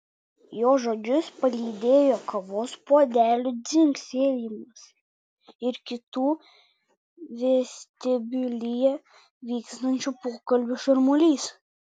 jo žodžius palydėjo kavos puodelių dzingsėjimas ir kitų vestibiulyje vykstančių pokalbių šurmulys